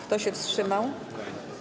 Kto się wstrzymał?